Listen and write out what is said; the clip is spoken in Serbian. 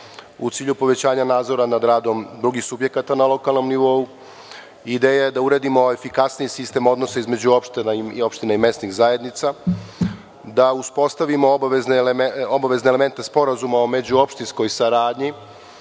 u cilju povećanja nadzora nad radom drugih subjekata na lokalnom nivou. Ideja je da uradimo efikasniji sistem odnosa između opština i mesnih zajednica, da uspostavimo obavezne elemente sporazuma o međuopštinskoj saradnji,